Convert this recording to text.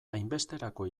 hainbesterako